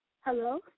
Hello